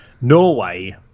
norway